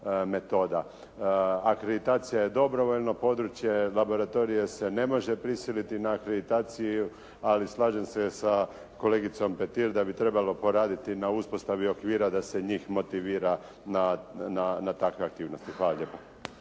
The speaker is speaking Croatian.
Akreditacija je dobrovoljno područje. Laboratorije se ne može prisiliti na akreditaciju ali slažem se sa kolegicom Petir da bi trebalo poraditi na uspostavi okvira da se njih motivira na takve aktivnosti. Hvala lijepo.